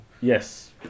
yes